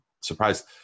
surprised